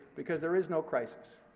because there is no crisis.